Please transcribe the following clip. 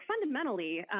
fundamentally